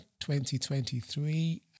2023